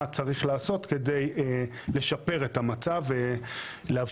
מה צריך לעשות כדי לשפר את המצב ולהביא